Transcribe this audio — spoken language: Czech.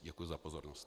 Děkuji za pozornost.